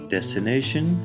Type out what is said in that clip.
Destination